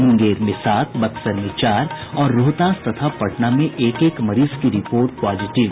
मुंगेर में सात बक्सर में चार और रोहतास तथा पटना में एक एक मरीज की रिपोर्ट पॉजिटिव